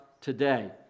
today